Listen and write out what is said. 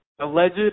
Alleged